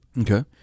Okay